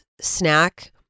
snack